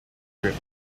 script